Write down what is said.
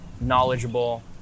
knowledgeable